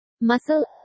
muscle